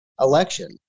election